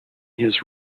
his